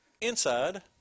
Inside